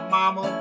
Mama